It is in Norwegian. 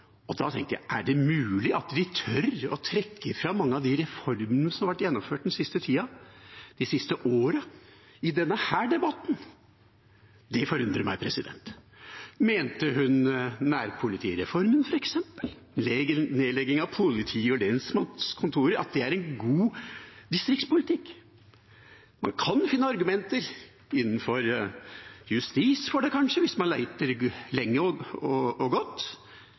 Da tenkte jeg: Er det mulig at de tør å trekke fram mange av de reformene som har vært gjennomført den siste tida, de siste åra, i denne debatten? Det forundrer meg. Mente hun nærpolitireformen f.eks. – at nedlegging av politi- og lensmannskontorer er en god distriktspolitikk? Man kan kanskje finne argumenter innenfor justis hvis man leter lenge og